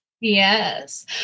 Yes